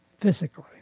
physically